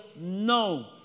no